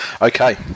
Okay